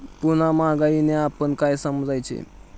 पुन्हा महागाईने आपण काय समजायचे?